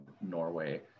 Norway